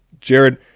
Jared